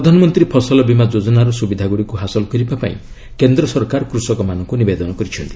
ପ୍ରଧାମନ୍ତ୍ରୀ ଫସଲ ବୀମା ଯୋଚ୍ଚନାର ସୁବିଧାଗୁଡ଼ିକୁ ହାସଲ କରିବାପାଇଁ କେନ୍ଦ୍ର ସରକାର କୃଷକମାନଙ୍କୁ ନିବେଦନ କରିଛନ୍ତି